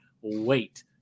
wait